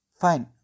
Fine